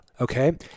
Okay